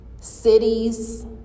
cities